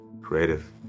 creative